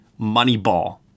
Moneyball